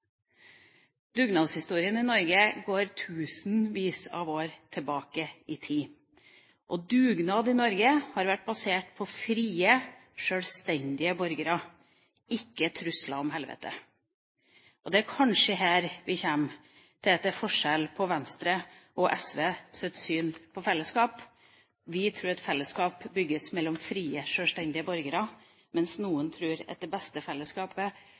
Dugnadshistorien i Norge går tusenvis av år tilbake i tid. Dugnad i Norge har vært basert på frie, sjølstendige borgere – ikke trusler om helvete. Det er kanskje her vi kommer til forskjellen på Venstres og SVs syn på fellesskap. Vi tror at fellesskap bygges mellom frie, sjølstendige borgere, mens noen tror at det beste fellesskapet